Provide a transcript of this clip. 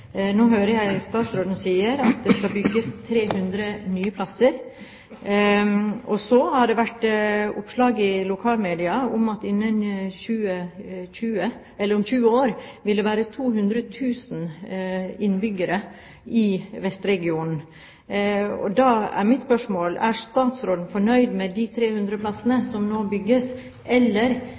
Nå hører jeg statsråden si at det skal bygges 300 nye plasser. Så har det vært oppslag i lokalmedia om at det om 20 år vil være 200 000 innbyggere i vestregionen, og da er mitt spørsmål: Er statsråden fornøyd med de 300 plassene som nå bygges? Eller